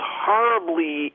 horribly